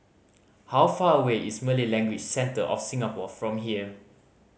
how far away is Malay Language Centre of Singapore from here